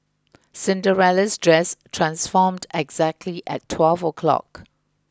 Cinderella's dress transformed exactly at twelve o' clock